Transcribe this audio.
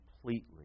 completely